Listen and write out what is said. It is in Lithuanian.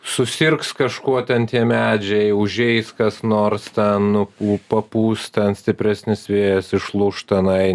susirgs kažkuo ten tie medžiai užeis kas nors ten nu nu papūs ten stipresnis vėjas išlūš tenai